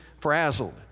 frazzled